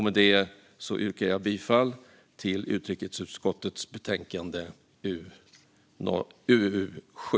Med detta yrkar jag bifall till utrikesutskottets förslag i betänkande UU7.